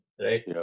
right